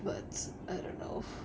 but I don't know